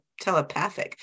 telepathic